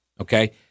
Okay